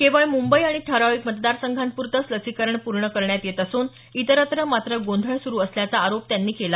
केवळ मुंबई आणि ठराविक मतदारसंघांप्रतंच लसीकरण पूर्ण करण्यात येत असून इतरत्र मात्र गोंधळ सुरु असल्याचा आरोप त्यांनी केला